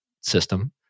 system